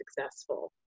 successful